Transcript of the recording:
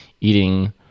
eating